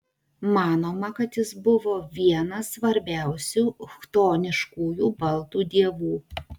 manoma kad jis buvo vienas svarbiausių chtoniškųjų baltų dievų